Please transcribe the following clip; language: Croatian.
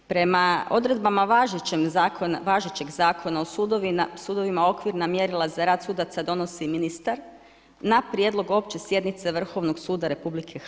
Prema odredbama važećeg Zakona o sudovima okvirna mjerila za rad sudaca donosi ministar na prijedlog opće sjednice Vrhovnog suda RH.